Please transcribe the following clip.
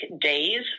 days